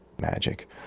magic